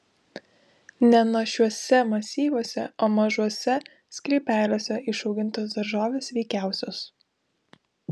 ne našiuose masyvuose o mažuose sklypeliuose išaugintos daržovės sveikiausios